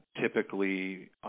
typically